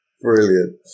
Brilliant